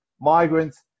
migrants